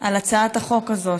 על הצעת החוק הזאת,